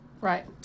right